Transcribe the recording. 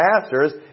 pastors